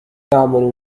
يعمل